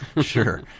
Sure